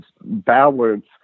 balance